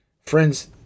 Friends